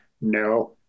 No